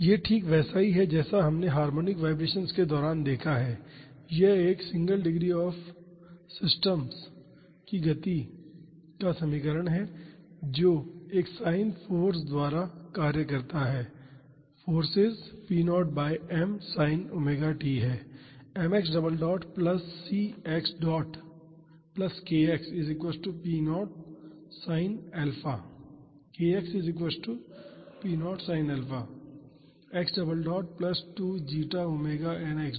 यह ठीक वैसा ही है जैसा हमने हार्मोनिक वाईब्रेशन्स के दौरान देखा है यह एक सिंगल डिग्री ऑफ़ सिस्टम्स की गति का समीकरण है जो एक साइन फाॅर्स द्वारा कार्य करता है forces p0 by m sin ⍵t है